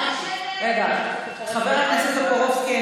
חבר הכנסת טופורובסקי,